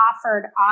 offered